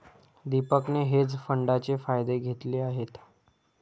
दीपकने हेज फंडाचे फायदे घेतले आहेत